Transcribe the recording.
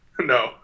No